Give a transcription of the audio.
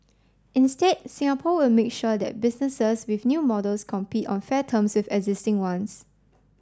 instead Singapore will make sure that businesses with new models compete on fair terms with existing ones